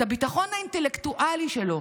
את הביטחון האינטלקטואלי שלו,